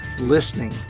listening